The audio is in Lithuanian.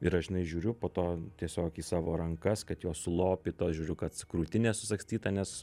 ir aš žinai žiūriu po to tiesiog į savo rankas kad jos sulopytos žiūriu kad krūtinė susagstyta nes